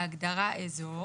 בהגדרה "אזור".